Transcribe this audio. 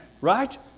Right